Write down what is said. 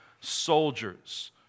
soldiers